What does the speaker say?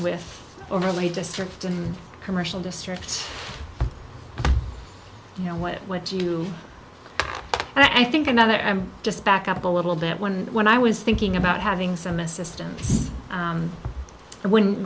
with overly district and commercial district you know what with you and i think about that i'm just back up a little bit when when i was thinking about having some assistance and wouldn't